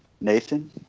Nathan